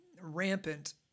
rampant